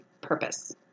purpose